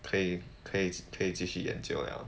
可以可以可以继续研究 lah